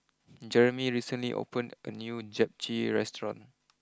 Jeremy recently opened a new Japchae restaurant